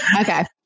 okay